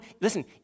listen